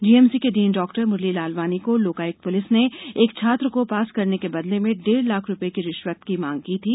GMC के dean doctor Murli Lalwani को Lokayukta police ने एक छात्र को पास करने के बदले में डेढ़ लाख रूपए की रिष्वत की मांग की थी